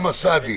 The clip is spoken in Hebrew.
אוסמה סעדי,